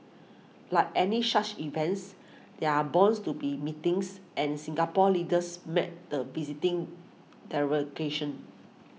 like any such events there are bounds to be meetings and Singapore's leaders met the visiting delegation